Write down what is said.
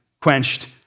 quenched